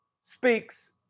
speaks